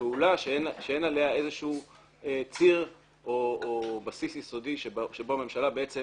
פעולה שאין עליה איזשהו ציר או בסיס יסודי שבו הממשלה בעצם